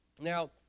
Now